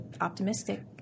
optimistic